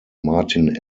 martin